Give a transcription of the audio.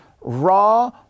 raw